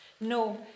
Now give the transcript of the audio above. No